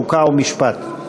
חוק ומשפט.